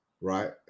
right